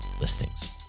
listings